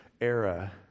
era